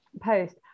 post